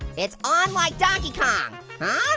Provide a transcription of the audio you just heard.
it's on like donkey kong.